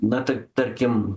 na ta tarkim